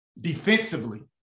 defensively